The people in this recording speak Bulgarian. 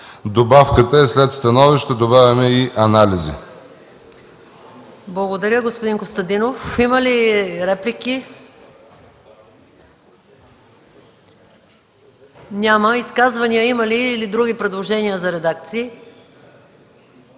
Добавката е, че след „становища” добавяме „и анализи”.